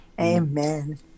Amen